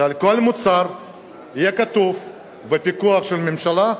שעל כל מוצר יהיה כתוב "בפיקוח של הממשלה"